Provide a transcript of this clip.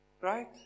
Right